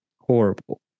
Horrible